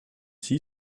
see